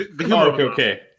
okay